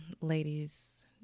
ladies